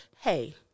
hey